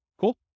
Cool